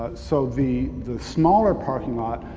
ah so the the smaller parking lot,